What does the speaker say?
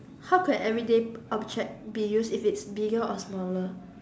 how could everyday object be used if it's bigger or smaller